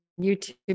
YouTube